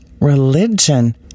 religion